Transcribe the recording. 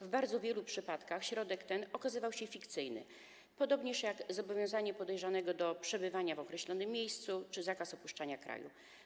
W bardzo wielu przypadkach środek ten okazywał się fikcyjny, podobnie jak zobowiązanie podejrzanego do przebywania w określonym miejscu czy zakaz opuszczania kraju.